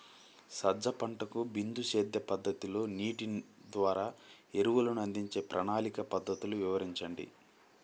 సజ్జ పంటకు బిందు సేద్య పద్ధతిలో నీటి ద్వారా ఎరువులను అందించే ప్రణాళిక పద్ధతులు వివరించండి?